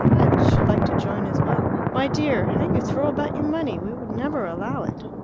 should like to join as well. my dear, how you throw about your money! we would never allow it.